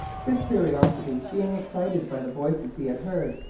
his curiosity being excited by the voices he had heard,